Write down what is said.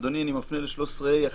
אדוני, אני מפנה לסעיף 13(ה1).